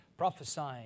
prophesying